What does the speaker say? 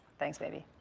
thanks baby,